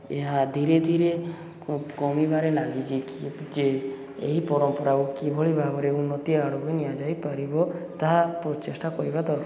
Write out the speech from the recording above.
ଏହା ଧୀରେ ଧୀରେ କମିବାରେ ଲାଗିଛି କି ଯେ ଏହି ପରମ୍ପରାକୁ କିଭଳି ଭାବରେ ଉନ୍ନତି ଆଡ଼କୁ ନିଆଯାଇପାରିବ ତାହା ପ୍ରଚେଷ୍ଟା କରିବା ଦରକାର